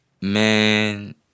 man